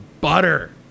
butter